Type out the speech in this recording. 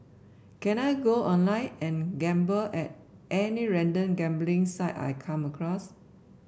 can I go online and gamble at any random gambling site I come across